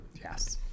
Yes